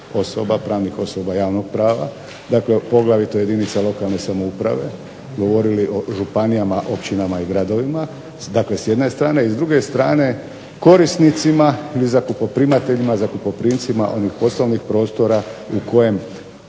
osoba, pravnih osoba javnog prava. Dakle, poglavito jedinica lokalne samouprave. Govorili o županijama, općinama i gradovima dakle s jedne strane. I s druge strane korisnicima ili zakupoprimateljima, zakupoprimcima onih poslovnih prostora u kojem